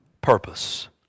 purpose